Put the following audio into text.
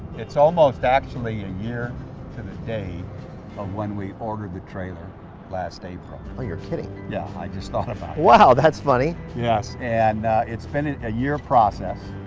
it's almost actually a year to the day of when we ordered the trailer last april. oh you're kidding. yeah i just thought about that. wow, that's funny. yes, and it's been and a year process